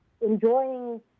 enjoying